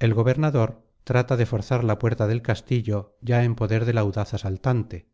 el gobernador trata de forzar la puerta del castillo ya en poder del audaz asaltante